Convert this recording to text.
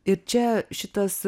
ir čia šitas